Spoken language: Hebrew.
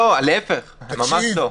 ממש לא.